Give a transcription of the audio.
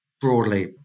broadly